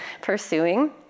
pursuing